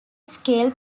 scale